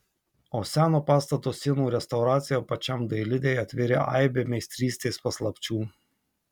o seno pastato sienų restauracija pačiam dailidei atvėrė aibę meistrystės paslapčių